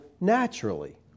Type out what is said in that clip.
naturally